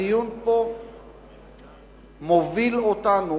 הדיון פה מוביל אותנו,